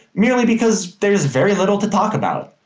merely because there's very little to talk about.